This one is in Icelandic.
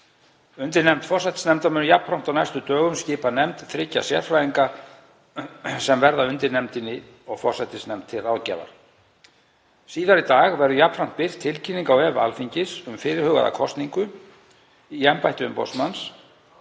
Undirnefnd forsætisnefndar mun jafnframt á næstu dögum skipa nefnd þriggja sérfræðinga sem verða undirnefndinni og forsætisnefnd til ráðgjafar. Síðar í dag verður jafnframt birt tilkynning á vef Alþingis um fyrirhugaða kosningu í embætti umboðsmanns.